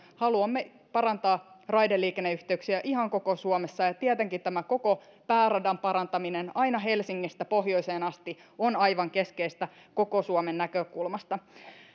haluamme parantaa raideliikenneyhteyksiä ihan koko suomessa ja tietenkin koko pääradan parantaminen aina helsingistä pohjoiseen asti on aivan keskeistä koko suomen näkökulmasta